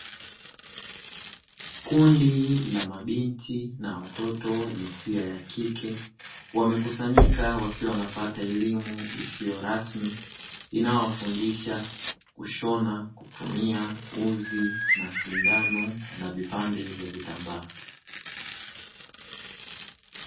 Kundi la mabinti na watoto wa jinsia ya kike wamekusanyika wakiwa wanapata elimu isiyo rasmi, inayowafundisha kushona kutumia uzi na sindano na vipande vya vitambaa.